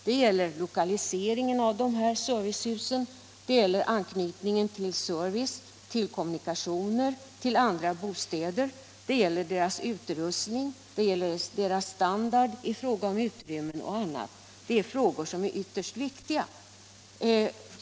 Det gäller lokaliseringen av servicehusen, det gäller anknytningen till service, till kom munikationer, till andra bostäder, det gäller servicehusens utrustning, deras standard i fråga om utrymmen och annat. Det är frågor som är ytterst viktiga.